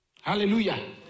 hallelujah